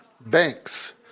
Banks